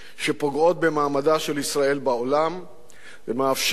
שפוגעות במעמדה של ישראל בעולם ומאפשרות